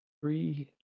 Three